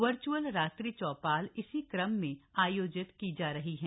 virtual रात्रि चौपाल इसी क्रम में आयोजित की जा रही हैं